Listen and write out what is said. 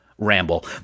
Ramble